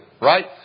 right